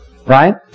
Right